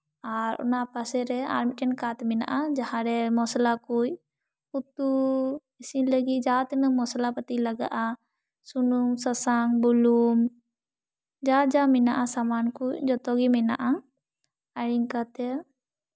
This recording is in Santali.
ᱟᱨ ᱚᱱᱟ ᱯᱟᱥᱮᱨᱮ ᱟᱨ ᱢᱤᱫᱴᱮᱱ ᱠᱟᱸᱛ ᱢᱮᱱᱟᱜᱼᱟ ᱡᱟᱦᱟᱸᱨᱮ ᱢᱚᱥᱞᱟ ᱠᱚ ᱩᱛᱩ ᱤᱥᱤᱱ ᱞᱟᱹᱜᱤᱫ ᱡᱟᱦᱟᱸ ᱛᱤᱱᱟᱹᱜ ᱢᱚᱥᱞᱟ ᱯᱟᱹᱛᱤ ᱞᱟᱜᱟᱜᱼᱟ ᱥᱩᱱᱩᱢ ᱥᱟᱥᱟᱝ ᱵᱩᱞᱩᱝ ᱡᱟ ᱡᱟ ᱢᱮᱱᱟᱜᱼᱟ ᱥᱟᱢᱟᱱ ᱠᱚ ᱡᱚᱛᱚ ᱜᱮ ᱢᱮᱱᱟᱜᱼᱟ ᱟᱨ ᱤᱱᱠᱟᱛᱮ